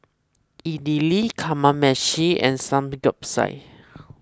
Idili Kamameshi and Samgyeopsal